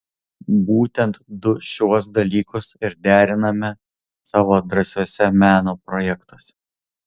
būtent du šiuos dalykus ir deriname savo drąsiuose meno projektuose